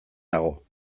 nago